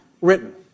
written